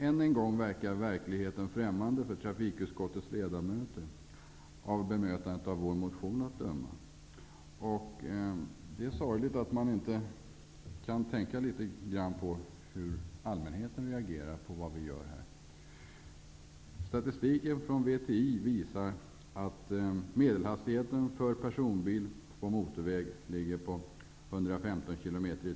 Än en gång verkar verkligheten främmande för trafikutskottets ledamöter, att döma av hur vår motion har bemötts. Det är sorgligt att de inte kan tänka litet grand på hur allmänheten reagerar på vad vi gör här. Högsta tillåtna hastighet är i dag 110.